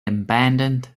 abandoned